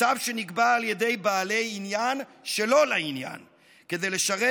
מצב שנקבע על ידי בעלי עניין שלא לעניין כדי לשרת